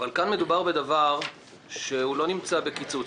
אבל כאן מדובר בדבר שאינו נמצא בקיצוץ.